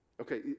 Okay